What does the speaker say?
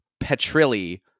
Petrilli